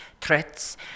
threats